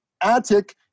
attic